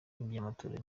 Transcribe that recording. iby’amatora